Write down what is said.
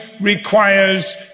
requires